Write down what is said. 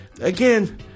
again